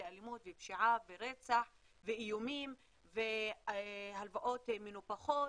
לאלימות ופשיעה ורצח ואיומים והלוואות מנופחות,